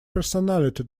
personality